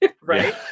Right